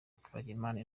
twagirimana